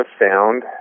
found